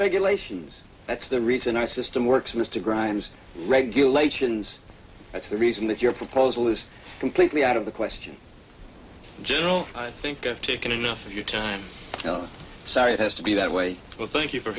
regulations that's the reason our system works mr grimes regulations that's the reason that your proposal is completely out of the question general i think i've taken enough of your time sorry it has to be that way well thank you for